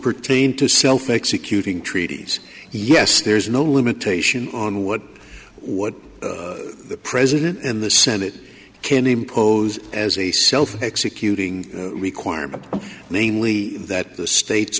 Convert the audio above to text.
pertained to self executing treaties yes there is no limitation on what what the president and the senate can impose as a self executing requirement namely that the states